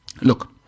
look